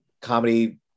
comedy